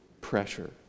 pressure